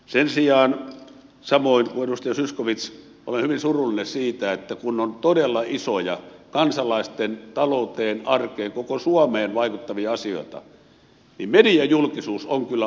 sen sijaan samoin kuin edustaja zyskowicz olen hyvin surullinen siitä että kun on todella isoja kansalaisten talouteen arkeen koko suomeen vaikuttavia asioita niin mediajulkisuus on kyllä olematonta